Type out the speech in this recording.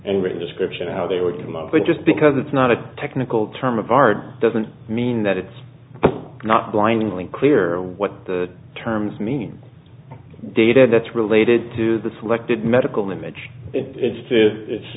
of how they would come up with just because it's not a technical term of art doesn't mean that it's not blindingly clear what the terms mean data that's related to the selected medical image it's to